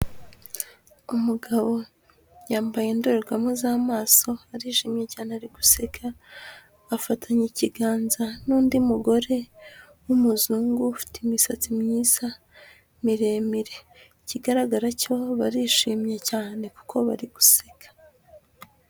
Umugabo yambaye indorerwamo z'amaso, arishimye cyane ari guseka, afatanye ikiganza n'undi mugore w'umuzungu, ufite imisatsi myiza miremire. Ikigaragara cyo barishimye cyane kuko bari guseka.